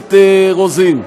הכנסת רוזין.